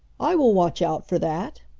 i will watch out for that.